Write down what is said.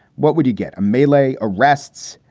what would you get? a melee, arrests.